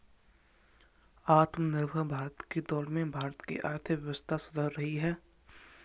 आत्मनिर्भर भारत की दौड़ में भारत की आर्थिक व्यवस्था सुधर रही है